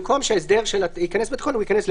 במקום שההסדר ייכנס בתקנון, הוא ייכנס לפה.